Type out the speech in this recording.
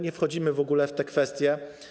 Nie wchodzimy w ogóle w te kwestie.